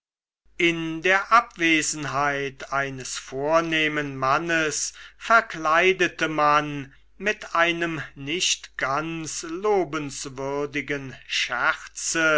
in der abwesenheit eines vornehmen mannes verkleidete man mit einem nicht ganz lobenswürdigen scherze